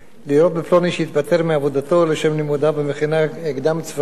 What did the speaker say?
לראות בפלוני שהתפטר מעבודתו לשם לימודיו במכינה קדם-צבאית,